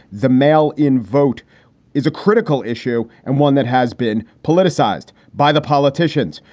the mail in vote is a critical issue and one that has been politicized by the politicians.